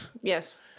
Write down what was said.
yes